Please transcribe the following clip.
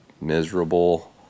miserable